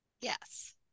Yes